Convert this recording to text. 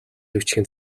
бичгийн